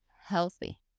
healthy